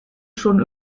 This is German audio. schon